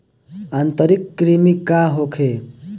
आंतरिक कृमि का होखे?